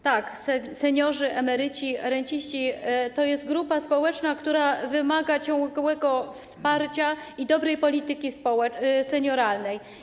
Tak, seniorzy, emeryci, renciści to jest grupa społeczna, która wymaga ciągłego wsparcia i dobrej polityki senioralnej.